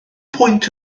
pwynt